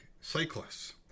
cyclists